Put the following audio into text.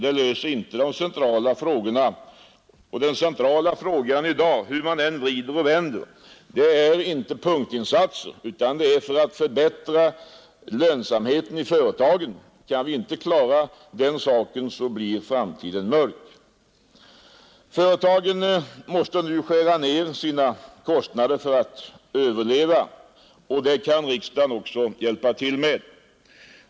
De löser inte den centrala frågan som i dag, hur man än vänder och vrider på saken, är att förbättra lönsamheten i företagen. Kan vi inte klara den uppgiften blir framtiden mörk. Företagen måste nu skära ned sina kostnader för att överleva. Det kan riksdagen hjälpa till med.